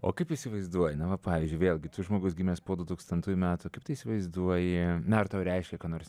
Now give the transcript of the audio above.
o kaip įsivaizduoji na va pavyzdžiui vėlgi tu žmogus gimęs po dutūkstantųjų metų kaip tu įsivaizduoji na ar tau reiškia ką nors